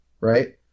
right